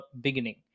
beginning